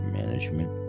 management